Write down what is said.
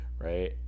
right